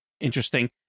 interesting